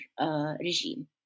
regime